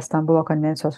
stambulo konvencijos